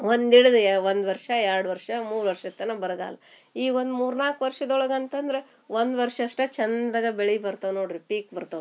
ಒಂದು ಇಡುದ ಏ ಒಂದು ವರ್ಷ ಎರಡು ವರ್ಷ ಮೂರು ವರ್ಷ ತನ ಬರಗಾಲ ಈಗ ಒಂದು ಮೂರು ನಾಲ್ಕು ವರ್ಷದೊಳಗ ಅಂತಂದ್ರೆ ಒಂದು ವರ್ಷ ಅಷ್ಟೇ ಚಂದಗ ಬೆಳಿ ಬರ್ತವ ನೋಡ್ರಿ ಪೀಕ್ ಬರ್ತವ್